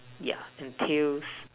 yeah and tails